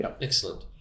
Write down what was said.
excellent